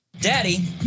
Daddy